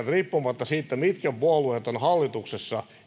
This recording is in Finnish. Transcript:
riippumatta siitä mitkä puolueet ovat hallituksessa